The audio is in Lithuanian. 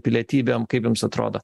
pilietybėm kaip jums atrodo